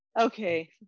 okay